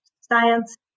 science